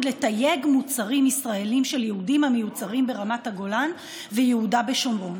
לתייג מוצרים ישראליים של יהודים המיוצרים ברמת הגולן וביהודה ושומרון.